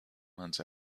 months